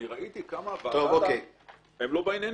ראיתי כמה הם לא בעניינים.